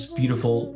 beautiful